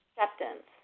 acceptance